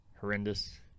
horrendous